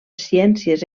ciències